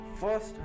first